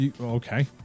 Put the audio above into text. Okay